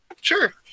Sure